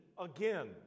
again